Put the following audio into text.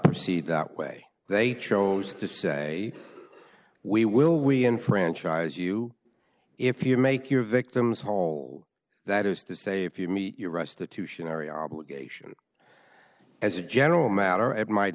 proceed that way they chose to say we will we enfranchise you if you make your victims whole that is to say if you meet your restitution every obligation as a general